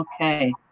Okay